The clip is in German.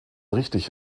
richtig